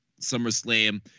SummerSlam